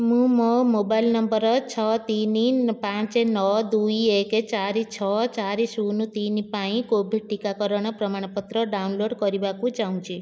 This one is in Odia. ମୁଁ ମୋ ମୋବାଇଲ ନମ୍ବର ଛଅ ତିନି ପାଞ୍ଚ ନଅ ଦୁଇ ଏକ ଚାରି ଛଅ ଚାରି ଶୂନ ତିନି ପାଇଁ କୋଭିଡ଼୍ ଟିକାକରଣ ପ୍ରମାଣପତ୍ର ଡାଉନଲୋଡ଼୍ କରିବାକୁ ଚାହୁଁଛି